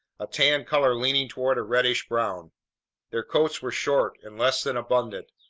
a tan color leaning toward a reddish brown their coats were short and less than abundant.